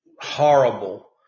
horrible